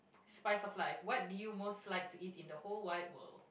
spice of life what do you most like to eat in the whole wide world